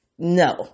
No